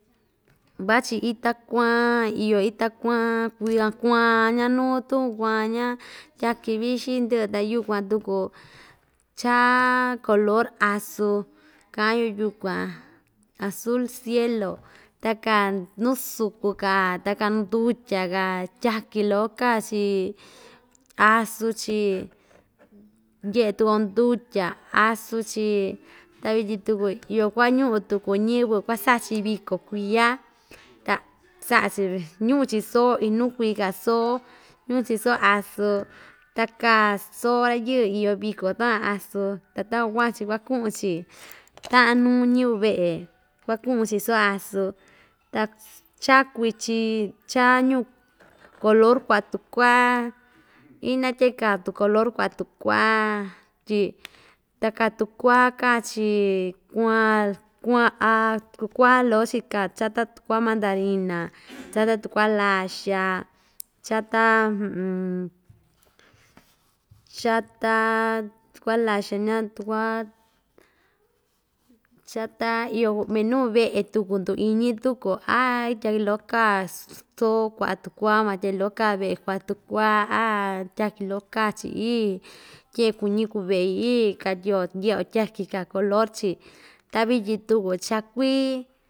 Vachi ita kuan iyo ita kuan kui a kuan‑ña nuutun kuan ñika tyaki vixi ndɨꞌɨ ta yukuan tuku cha color azu kaꞌan yukuan azul cielo takaa nuu sukun kaa takaa ndutya tyaki loko kaa‑chi azu‑chi ndyeꞌe tuku‑yo ndutya azu‑chi ta vityin tuku iyo kuaꞌa ñuꞌu tuku ñiyɨvɨ kuaꞌa saꞌa‑chi viko kuiya ta saꞌa‑chi ñuꞌu‑chi soo iin nuu kui kaa soo ñuꞌu‑chi soo azu takaa rayɨɨ iyo viko takuan azu ta takuan kuaꞌa‑chi kuakuꞌu‑chi taꞌan nuu ñiyɨvɨ veꞌe kuakuꞌun‑chi soo azu ta ss cha kuichin cha ñuꞌu color kuaꞌa tukua ina tyee kaa tu color kuaꞌa tukua tyi takaa tukua kaa‑chi kuaan kuaꞌan kukuaa loko‑chi kaa chata tukua mandarina chata tukua laxa chata chata tukua kaxa ña tukua chata iyo minuu veꞌe tuku nduu iñi tuku‑yo aay tyaki loko kaa soo kuaꞌa tukuaa‑van tyaki loko kaa veꞌe kuaꞌa tukuaa tyaki loko k‑chi iii tyeꞌe kuñi kuu veꞌi ii katyi yo ndyeꞌe‑yo tyaki kaa color‑chi ta vityin tuku cha kui.